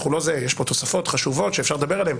הוא לא זהה ויש כאן תוספות חשובות שאפשר לדבר עליהן.